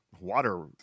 water